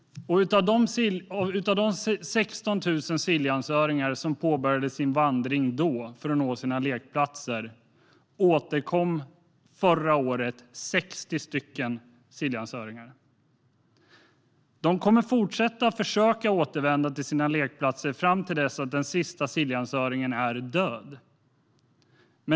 Av de 16 000 Siljansöringar som påbörjade sin vandring då för att nå sina lekplatser återkom förra året 60 stycken. De kommer att fortsätta att försöka återkomma till sina lekplatser fram till dess att den sista Siljansöringen är död.